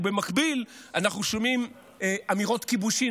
ובמקביל אנחנו שומעים אמירות כיבושין,